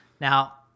Now